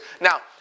Now